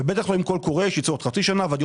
ובטח לא עם קול קורא שייצא עוד חצי שנה והדירות